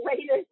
later